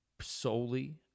solely